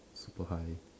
super high